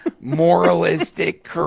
moralistic